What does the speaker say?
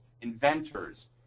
inventors